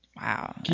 Wow